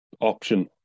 option